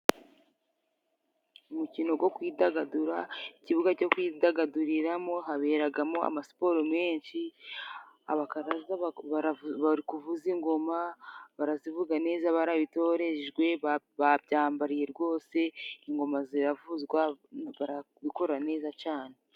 Mu mukino go kwidagadura, ikibuga cyo kwidagaduriramo haberagamo amasiporo menshi, abakaraza bari kuvuza ingoma, barazivuga neza barabitorejwe, barabyambariye rwose, ingoma ziravuzwa, barabikora neza cane.